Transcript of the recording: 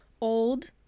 Old